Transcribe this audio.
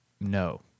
No